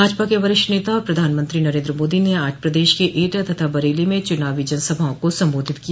भाजपा के वरिष्ठ नेता और प्रधानमंत्री नरेन्द्र मोदी ने आज प्रदेश के एटा तथा बरेली में चुनावी सभाओं को संबोधित किया